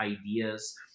ideas